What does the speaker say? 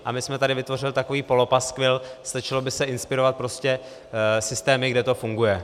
A my jsme tady vytvořili takový polopaskvil, stačilo by se inspirovat prostě systémy, kde to funguje.